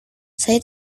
saya